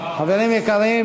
חברים יקרים,